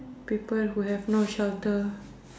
people who have no shelter